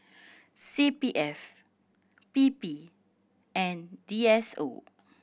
C P F P P and D S O